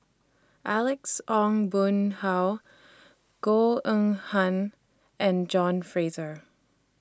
Alex Ong Boon Hau Goh Eng Han and John Fraser